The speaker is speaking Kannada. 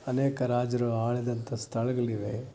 ಅನೇಕ ರಾಜರು ಆಳಿದಂಥ ಸ್ಥಳಗಳಿವೆ